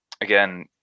again